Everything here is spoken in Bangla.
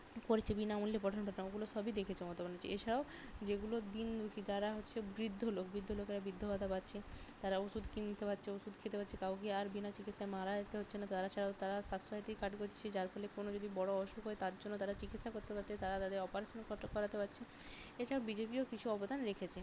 করেছে বিনামূল্যে পঠন পাঠন ওগুলো সবই দেখেছে মমতা ব্যানার্জী এছাড়াও যেগুলো দিন দুঃখী যারা হচ্ছে বৃদ্ধ লোক বৃদ্ধ লোকেরা বৃদ্ধ ভাতা পাচ্ছে তারা ওষুধ কিনতে পারছে ওষুধ খেতে পাচ্ছে কাউকে আর বিনা চিকিৎসায় মারা যেতে হচ্ছে না তা ছাড়াও তারা স্বাস্থ্যসাথী কার্ড করছে যার ফলে কোনো যদি বড়ো অসুখ হয় তার জন্য তারা চিকিৎসা করতে পারছে তারা তাদের অপারেশন পত্র করাতে পারছে এছাড়া বিজেপিও কিছু অবদান রেখেছে